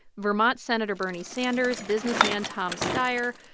vermont senator bernie sanders, businessman tom steyer,